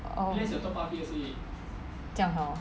oh 这样好